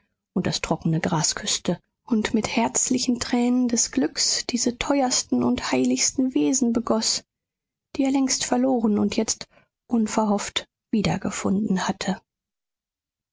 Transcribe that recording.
und das trockene gras küßte und mit herzlichen tränen des glücks diese teuersten und heiligsten wesen begoß die er längst verloren und jetzt unverhofft wieder gefunden hatte